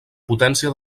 potència